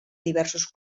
diversos